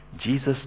Jesus